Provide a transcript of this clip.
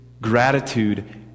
gratitude